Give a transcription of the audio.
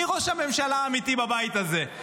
מי ראש הממשלה האמיתי בבית הזה?